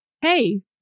hey